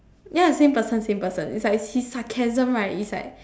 ya same person same person is like his sarcasm right is like